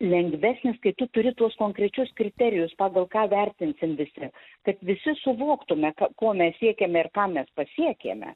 lengvesnis kai tu turi tuos konkrečius kriterijus pagal ką vertinsim visi kad visi suvoktume ko mes siekiame ir ką mes pasiekėme